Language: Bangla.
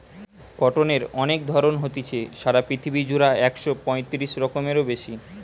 কটনের অনেক ধরণ হতিছে, সারা পৃথিবী জুড়া একশ পয়তিরিশ রকমেরও বেশি